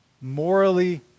Morally